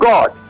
God